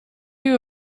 you